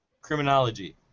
Criminology